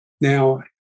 Now